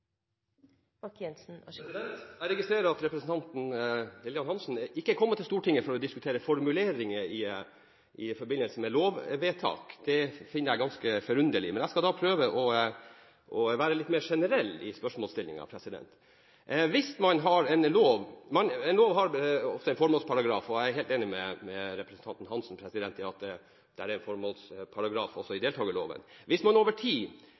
internasjonal fiskerikriminalitet. Jeg registrerer at representanten Lillian Hansen ikke er kommet til Stortinget for å diskutere formuleringer i forbindelse med lovvedtak. Det finner jeg ganske forunderlig, men jeg skal prøve å være litt mer generell i spørsmålsstillingen. En lov har ofte en formålsparagraf. Jeg er enig med representanten Hansen i at det er en formålsparagraf også i deltakerloven. Hvis omgivelsene eller andre ting over tid